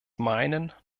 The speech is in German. meinen